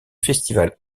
festival